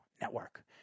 Network